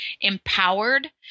empowered